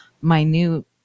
minute